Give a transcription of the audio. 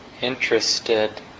interested